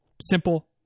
Simple